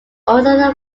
also